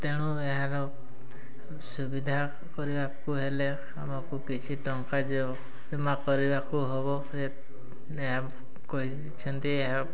ତେଣୁ ଏହାର ସୁବିଧା କରିବାକୁ ହେଲେ ଆମକୁ କିଛି ଟଙ୍କା ଯେଉଁ ଜମା କରିବାକୁ ହବ ସେ ଏହା କହିଛନ୍ତି ଏହା